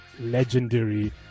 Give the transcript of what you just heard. legendary